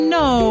no